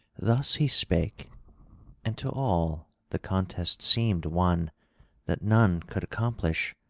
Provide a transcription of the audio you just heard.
thus he spake and to all the contest seemed one that none could accomplish,